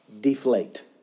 deflate